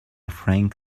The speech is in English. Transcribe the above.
frank